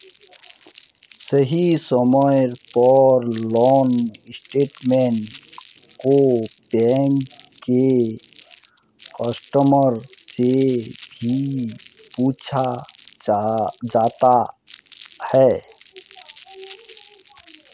सही समय पर लोन स्टेटमेन्ट को बैंक के कस्टमर से भी पूछा जाता है